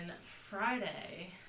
Friday